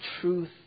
truth